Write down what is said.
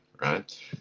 right